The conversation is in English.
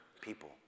people